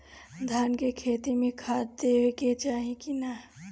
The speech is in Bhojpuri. धान के खेती मे खाद देवे के चाही कि ना?